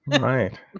Right